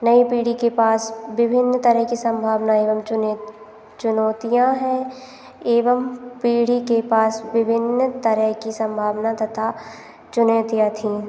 नई पीढ़ी के पास विभिन्न तरह की संभावनाएँ एवं चुनित चुनौतियाँ हैं एवं पीढ़ी के पास विभिन्न तरह की संभावना तथा चुनौतियाँ थीं